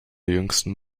jüngsten